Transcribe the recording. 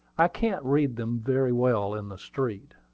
i can't read them very well in the street.